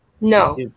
no